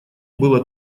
было